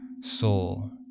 soul